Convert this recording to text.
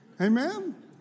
Amen